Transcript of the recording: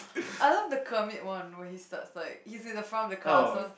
I love the Kermit one where he starts like he's in front of the car so